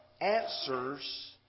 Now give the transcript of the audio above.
answers